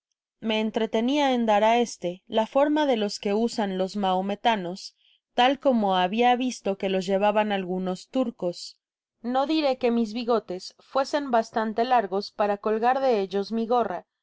me entretenia en dar á este la forma de los que usan los mahometanos tal como habia visto que los llevaban algunos lurgos no diré que mis bigotes fuesen bastante largos para colgar de ellos mi gorra